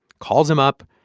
calls him up,